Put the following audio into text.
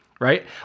right